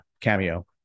cameo